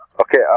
Okay